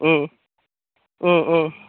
ம் ம் ம்